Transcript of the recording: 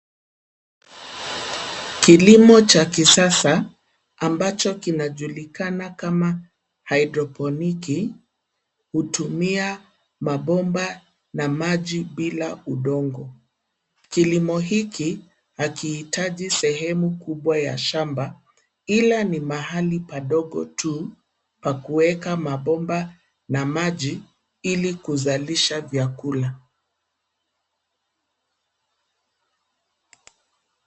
Kilimo cha kisasa ambacho kinajulikana kama hydroponic hutumia mapomba na maji bila udongo. Kilimo hiki hakitaji sehemu kubwa ya shamba ila ni mahali pa dogo tu pakuweka mapomba na maji ili kusalisha vyakula.